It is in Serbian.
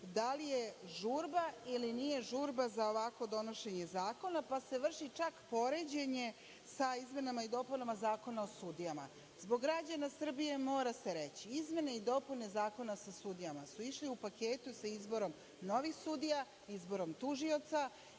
donošenje zakona ili nije žurba za ovakvo donošenje zakona, pa se vrši čak poređenje sa izmenama i dopunama Zakona o sudijama? Zbog građana Srbije mora se reći, izmene i dopune zakona sa sudijama su išle u paketu sa izborom novih sudija, izborom tužioca,